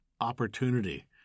opportunity